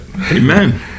Amen